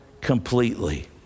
completely